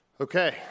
Okay